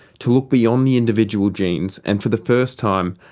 to look beyond the individual genes and, for the first time,